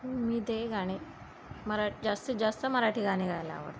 मी ते गाणे मरा जास्तीत जास्त मराठी गाणे गायला आवडतं